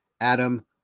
Adam